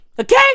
Okay